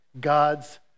God's